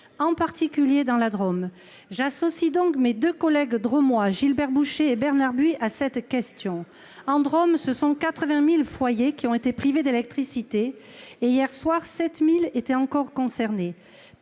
en particulier dans la Drôme. J'associe donc mes deux collègues drômois Gilbert Bouchet et Bernard Buis à cette question. Dans la Drôme, 88 000 foyers ont été privés d'électricité et, hier soir, 7 000 étaient encore concernés.